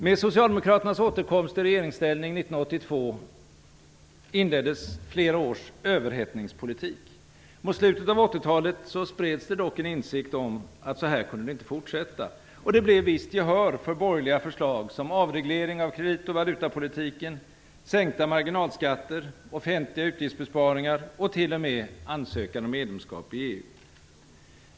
Med Socialdemokraternas återkomst i regeringsställning 1982 inleddes flera års överhettningspolitik. Mot slutet av 1980-talet spreds dock en insikt om att så här kunde det inte fortsätta. Det blev ett visst gehör för borgerliga förslag som avregleringar av kredit och valutapolitiken, sänkta marginalskatter, offentliga utgiftsbesparingar och t.o.m. ansökan om medlemskap i EU.